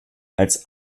als